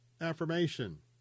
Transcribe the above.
Affirmation